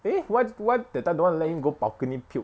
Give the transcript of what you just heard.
eh why why that time don't want let him go balcony puke